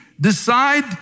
Decide